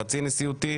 חצי נשיאותי,